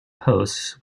posts